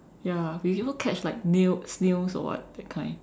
ya we also catch like nails snails or what that kind